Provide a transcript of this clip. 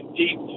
deep